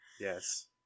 Yes